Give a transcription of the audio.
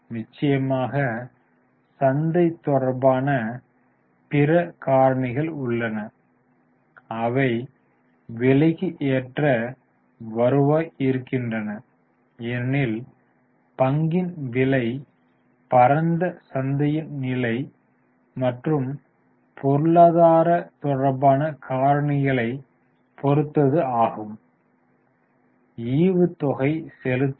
நிச்சயமாக சந்தை தொடர்பான பிற காரணிகள் உள்ளன அவை விலைக்கு ஏற்ற வருவாய் இருக்கின்றன ஏனெனில் பங்கின் விலை பரந்த சந்தையின் நிலை மற்றும் பொருளாதார தொடர்பான காரணிகளைப் பொறுத்தது ஆகும்